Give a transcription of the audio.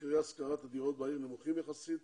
מחירי השכרת הדירות בעיר נמוכים יחסית